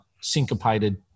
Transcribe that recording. syncopated